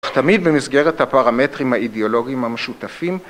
תמיד במסגרת הפרמטרים האידיאולוגיים המשותפים